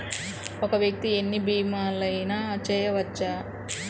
ఒక్క వ్యక్తి ఎన్ని భీమలయినా చేయవచ్చా?